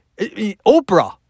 Oprah